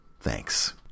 Thanks